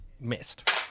missed